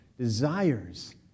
desires